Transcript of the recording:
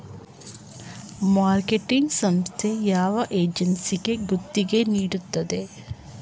Marketing ಸಂಸ್ಥೆ ಯಾವ ಏಜೆನ್ಸಿಗೆ ಗುತ್ತಿಗೆ ನೀಡುತ್ತದೆ?